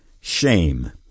Shame